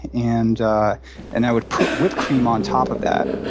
and and i would put whipped cream on top of that.